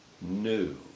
new